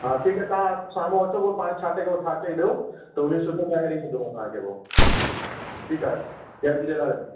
हा ठीकु आहे तव्हां शाम जो अचो पोइ पाण छांटे करे छांटे ॾियो त उनी सुठो ठाहे करे ॾई छॾदोमाव तव्हांखे पोइ ठीकु आहे जय झूलेलाल आंटी